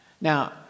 Now